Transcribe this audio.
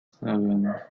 seven